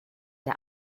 der